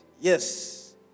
Yes